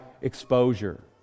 exposure